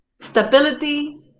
stability